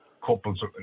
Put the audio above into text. couples